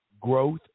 growth